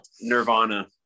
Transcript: Nirvana